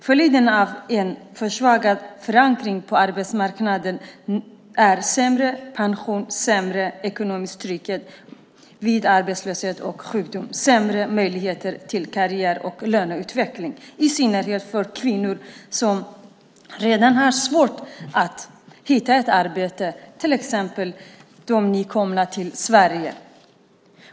Följden av en försvagad förankring på arbetsmarknaden är sämre pension, sämre ekonomisk trygghet vid arbetslöshet och sjukdom, sämre möjligheter till karriär och löneutveckling, i synnerhet för de kvinnor som redan har svårt att hitta ett arbete till exempel på grund av att de nyligen har kommit till Sverige.